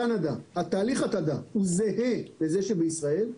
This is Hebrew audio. התהליך בקנדה, תהליך ההתעדה הוא זהה לזה שבישראל.